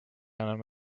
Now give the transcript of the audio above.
enam